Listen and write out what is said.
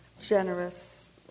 generous